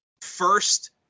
first